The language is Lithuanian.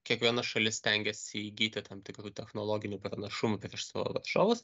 kiekviena šalis stengiasi įgyti tam tikrų technologinių pranašumų prieš savo varžovus